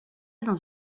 dans